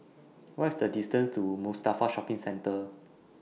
What IS The distance to Mustafa Shopping Centre